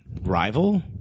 rival